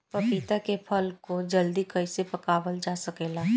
पपिता के फल को जल्दी कइसे पकावल जा सकेला?